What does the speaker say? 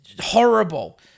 horrible